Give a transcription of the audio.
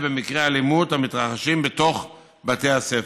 במקרי אלימות המתרחשים בתוך בתי הספר,